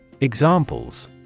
Examples